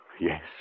yes